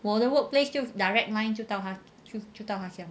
我的 workplace 就 direct line 就到他到他的家